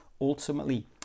ultimately